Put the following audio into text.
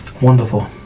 Wonderful